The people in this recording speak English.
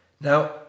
Now